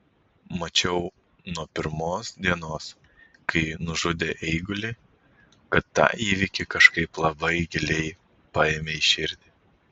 mačiau nuo pirmos dienos kai nužudė eigulį kad tą įvykį kažkaip labai giliai paėmei į širdį